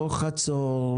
לא חצור,